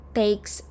takes